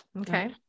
Okay